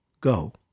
Go